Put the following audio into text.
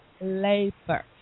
labor